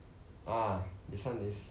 ah this one is